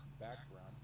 background